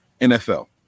NFL